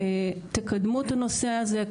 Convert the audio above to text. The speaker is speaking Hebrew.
תקדמו את הנושא הזה.